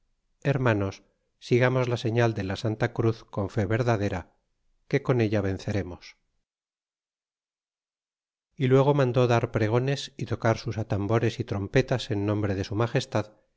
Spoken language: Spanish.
hermanos sigamos la señal de la santa cruz con fe verdadera que con ella venceremos y luego mandó dar pregones y tocar sus atambores y trompetas en nombre de su magestad